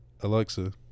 Alexa